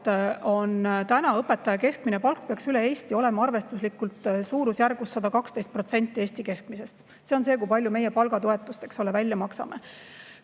peaks õpetaja keskmine palk üle Eesti olema arvestuslikult suurusjärgus 112% Eesti keskmisest. See on see, kui palju meie palgatoetust välja maksame.